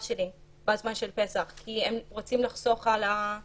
שלי בזמן של פסח כי הם רוצים לחסוך חשמל,